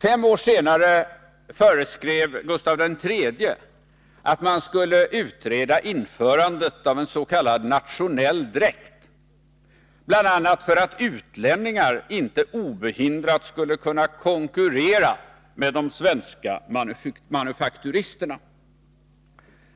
Fem år senare föreskrev Gustav III, att man skulle utreda införandet av en s.k. nationell dräkt, bl.a. för att utlänningar inte obehindrat skulle kunna konkurrera med de svenska manufakturisterna.